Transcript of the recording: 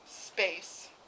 Space